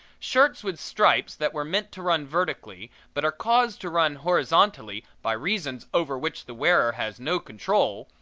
shirts with stripes that were meant to run vertically but are caused to run horizontally, by reasons over which the wearer has no control,